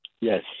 Yes